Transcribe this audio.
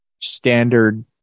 standard